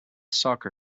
soccer